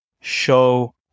show